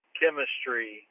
chemistry